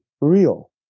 real